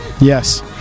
Yes